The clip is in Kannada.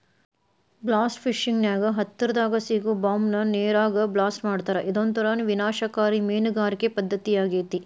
ಬ್ಲಾಸ್ಟ್ ಫಿಶಿಂಗ್ ನ್ಯಾಗ ಹತ್ತರದಾಗ ಸಿಗೋ ಬಾಂಬ್ ನ ನೇರಾಗ ಬ್ಲಾಸ್ಟ್ ಮಾಡ್ತಾರಾ ಇದೊಂತರ ವಿನಾಶಕಾರಿ ಮೇನಗಾರಿಕೆ ಪದ್ದತಿಯಾಗೇತಿ